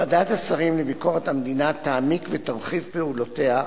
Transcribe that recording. ועדת השרים לביקורת המדינה תעמיק ותרחיב את פעולותיה,